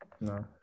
no